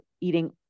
eating